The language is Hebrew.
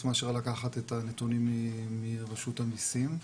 מאשר לקחת את הנתונים מרשות המיסים.